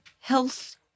health